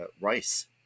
rice